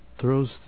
throws